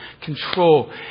control